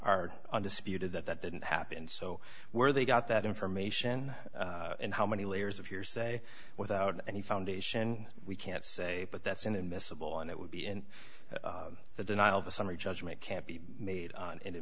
are undisputed that that didn't happen so where they got that information and how many layers of hearsay without any foundation we can't say but that's in a miscible and it would be in the denial of a summary judgment can't be made an